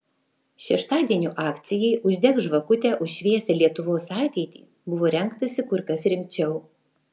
šeštadienio akcijai uždek žvakutę už šviesią lietuvos ateitį buvo rengtasi kur kas rimčiau